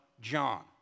John